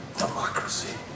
Democracy